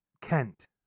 Kent